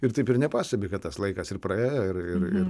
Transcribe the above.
ir taip ir nepastebi kad tas laikas praėjo ir ir ir